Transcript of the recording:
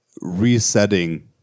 resetting